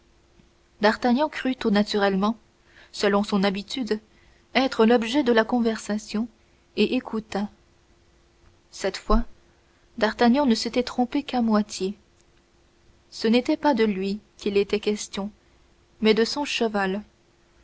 d'artagnan crut tout naturellement selon son habitude être l'objet de la conversation et écouta cette fois d'artagnan ne s'était trompé qu'à moitié ce n'était pas de lui qu'il était question mais de son cheval